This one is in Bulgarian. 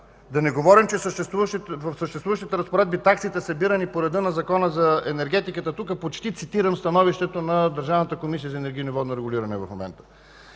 Да не говорим, че в съществуващите разпоредби таксите, събирани по реда на Закона за енергетиката – тук почти цитирам становището на Държавната комисия за енергийно и водно регулиране – да